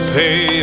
pay